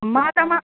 ماتاما